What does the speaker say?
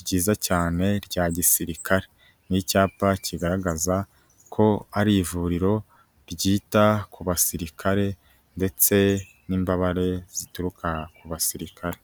ryiza cyane rya gisirikare. Ni icyapa kigaragaza ko ari ivuriro ryita ku basirikare ndetse n'imbabare zituruka ku basirikare.